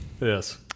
Yes